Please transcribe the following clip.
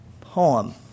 poem